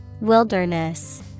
Wilderness